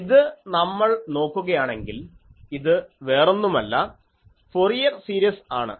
ഇത് നമ്മൾ നോക്കുകയാണെങ്കിൽ ഇത് വേറൊന്നുമല്ല ഫൊറിയർ സീരിസ് ആണ്